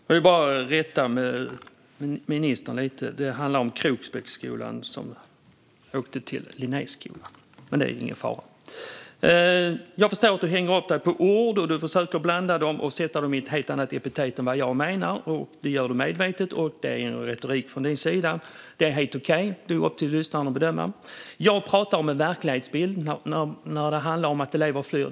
Herr talman! Jag vill rätta ministern lite. Det handlade om elever från Kroksbäcksskolan som fick åka till Linnéskolan. Men det är ingen fara! Jag förstår att ministern hänger upp sig på ord. Hon blandar dem och sätter helt andra epitet på dem än vad jag menar. Det gör hon medvetet och är en retorik från hennes sida. Det är helt okej - det är upp till lyssnaren att bedöma. Jag pratar om en verklighetsbild när elever flyr.